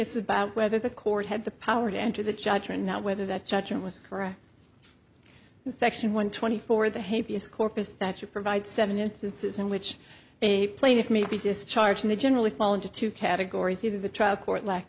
b s about whether the court had the power to enter the judge or not whether that judgment was correct in section one twenty four of the hate vs corpus statute provides seven instances in which a plaintiff may be discharging the generally fall into two categories either the trial court lack